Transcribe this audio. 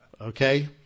okay